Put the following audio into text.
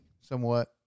somewhat